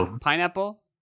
Pineapple